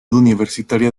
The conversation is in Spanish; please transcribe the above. universitaria